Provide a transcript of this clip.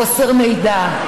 חוסר מידע,